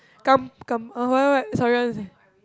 kam~ kam~ uh what what what sorry what you say